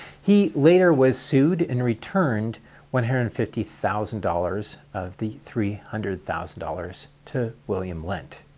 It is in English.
he later was sued and returned one hundred and fifty thousand dollars of the three hundred thousand dollars to william lent.